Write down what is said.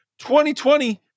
2020